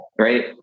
right